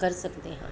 ਕਰ ਸਕਦੇ ਹਾਂ